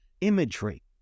Imagery